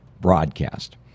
broadcast